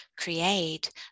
create